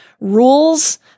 rules